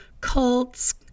cults